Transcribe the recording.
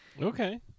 Okay